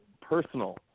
personal